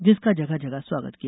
जिसका जगह जगह स्वागत किया